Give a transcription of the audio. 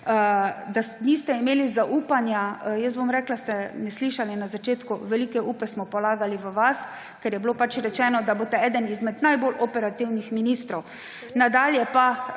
Da niste imeli zaupanja. Bom rekla – ste me slišali na začetku? Velike upe smo polagali v vas, ker je bilo pač rečeno, da boste eden izmed najbolj operativnih ministrov. Nadalje pa